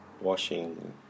Washing